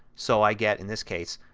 so i get, in this case,